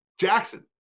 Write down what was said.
Jackson